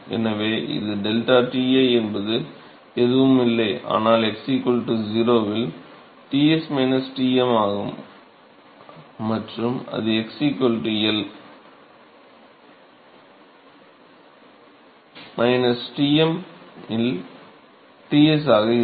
எனவே இது ΔTi என்பது எதுவும் இல்லை ஆனால் x0 இல் T s Tm ஆகும் மற்றும் அது xL T m இல் T s ஆக இருக்கும்